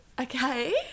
Okay